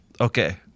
okay